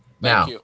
Now